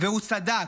והוא צדק.